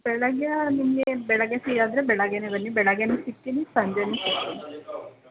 ಬೆಳಿಗ್ಗೆ ನಿಮಗೆ ಬೆಳಿಗ್ಗೆ ಫ್ರೀ ಆದರೆ ಬೆಳಿಗ್ಗೆನೆ ಬನ್ನಿ ಬೆಳಿಗ್ಗೆನು ಸಿಗ್ತೀನಿ ಸಂಜೆನೂ ಸಿಗ್ತೀನಿ